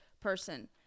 person